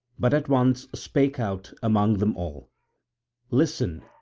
but at once spake out among them all listen,